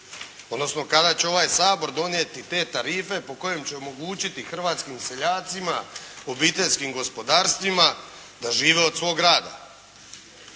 odnosno kada će ovaj Sabor donijeti te tarife po kojim će omogućiti hrvatskim seljacima, obiteljskim gospodarstvima da žive od svog rada?